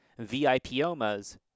VIPomas